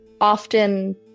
Often